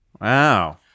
Wow